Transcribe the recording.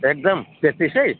एकदम तेत्तिसै